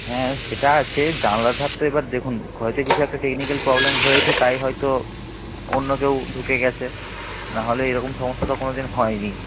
হ্যাঁ সেটা আছে জানালার ধার তো এবার দেখুন হয়তো কিছু একটা টেকনিক্যাল প্রবলেম হয়েছে তাই হয়তো অন্য কেউ ঢুকে গেছে নাহলে এরকম সমস্যা তো কোনো দিন হয়নি